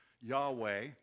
Yahweh